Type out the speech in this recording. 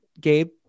Gabe